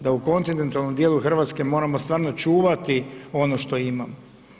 Da u kontinentalnom dijelu Hrvatske, moramo stvarno čuvati ono što imamo.